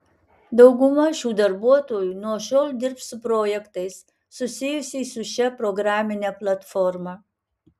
dauguma šių darbuotojų nuo šiol dirbs su projektais susijusiais su šia programine platforma